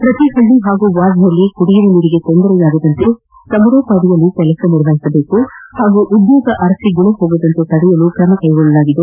ಶ್ರತಿ ಹಳ್ಳಿ ಹಾಗೂ ವಾರ್ಡ್ನಲ್ಲಿ ಕುಡಿಯುವ ನೀರಿಗೆ ತೊಂದರೆಯಾಗದಂತೆ ಸಮರೋಪಾದಿಯಲ್ಲಿ ಕೆಲಸ ನಿರ್ವಹಿಸಬೇಕು ಹಾಗೂ ಉದ್ಯೋಗ ಅರಬ ಗುಳೆ ಹೋಗದಂತೆ ತಡೆಯಲು ಕ್ರಮ ಕೈಗೊಳ್ಳಲಾಗಿದೆ